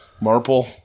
marple